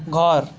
घर